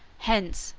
hence,